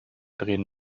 drehen